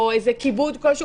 או כיבוד כלשהו,